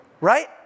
right